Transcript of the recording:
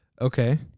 Okay